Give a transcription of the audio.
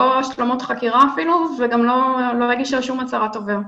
לא ביקשה השלמות חקירה וגם לא הגישה שום הצהרת תובע.